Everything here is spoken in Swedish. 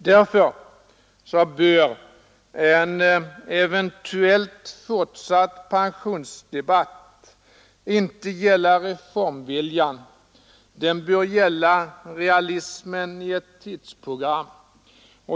Därför bör en eventuellt fortsatt pensionsdebatt inte gälla reformviljan — den bör gälla realismen i ett tidsprogram.